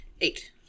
Eight